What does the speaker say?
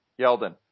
Yeldon